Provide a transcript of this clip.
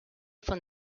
von